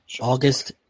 August